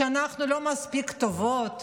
שאנחנו לא מספיק טובות,